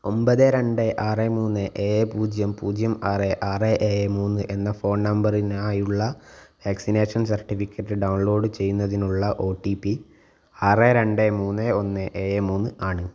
ഒൻപത് രണ്ട് ആറ് മൂന്ന് ഏഴ് പൂജ്യം പൂജ്യം ആറ് ആറ് ഏഴ് മൂന്ന് എന്ന ഫോൺ നമ്പറിനായുള്ള വാക്സിനേഷൻ സർട്ടിഫിക്കറ്റ് ഡൗൺലോഡ് ചെയ്യുന്നതിനുള്ള ഒ ടി പി ആറ് രണ്ട് മൂന്ന് ഒന്ന് എഴ് മൂന്ന് ആണ്